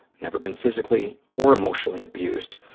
never been physically or emotionally abused.